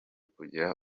kugira